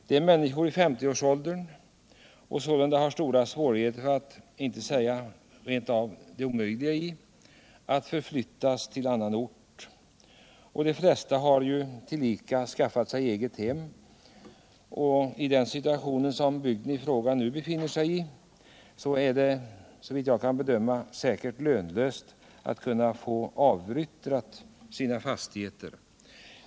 Det är människor i 50-årsåldern, för vilka det är mycket svårt — för att inte säga rent omöjligt — att flytta till annan ort. De flesta av dem har tillika skaffat sig eget hem, och i den situation som bygden i fråga nu befinner sig i är det såvitt jag kan bedöma lönlöst att försöka avyttra fastigheterna.